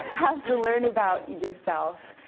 have to learn about yourself.